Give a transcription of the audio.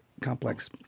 complex